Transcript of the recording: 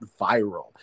viral